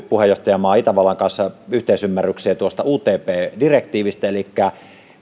puheenjohtajamaa itävallan kanssa yhteisymmärrykseen tuosta utp direktiivistä elikkä